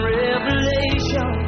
revelation